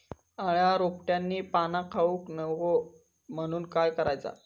अळ्या रोपट्यांची पाना खाऊक नको म्हणून काय करायचा?